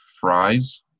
fries